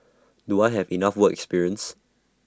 do I have enough work experience